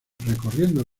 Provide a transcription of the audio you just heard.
recorriendo